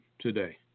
today